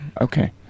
Okay